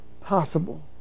possible